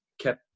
kept